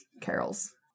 Carol's